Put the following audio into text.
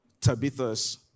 Tabitha's